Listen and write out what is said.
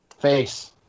Face